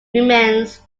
remains